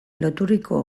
loturiko